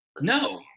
No